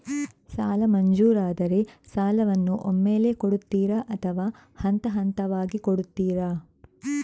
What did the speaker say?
ಸಾಲ ಮಂಜೂರಾದರೆ ಸಾಲವನ್ನು ಒಮ್ಮೆಲೇ ಕೊಡುತ್ತೀರಾ ಅಥವಾ ಹಂತಹಂತವಾಗಿ ಕೊಡುತ್ತೀರಾ?